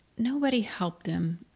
nobody helped them.